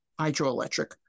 hydroelectric